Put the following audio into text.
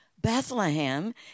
Bethlehem